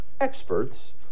experts